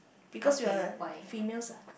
because we are females ah